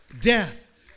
death